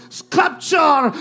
sculpture